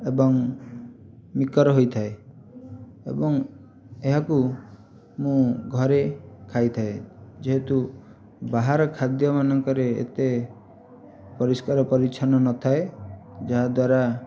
ଏବଂ ମିକର ହୋଇଥାଏ ଏବଂ ଏହାକୁ ମୁଁ ଘରେ ଖାଇଥାଏ ଯେହେତୁ ବାହାର ଖାଦ୍ୟମାନଙ୍କରେ ଏତେ ପରିଷ୍କାର ପରିଚ୍ଛନ୍ନ ନଥାଏ ଯାହାଦ୍ଵାରା